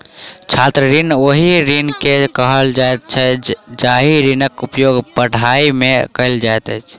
छात्र ऋण ओहि ऋण के कहल जाइत छै जाहि ऋणक उपयोग पढ़ाइ मे कयल जाइत अछि